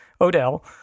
Odell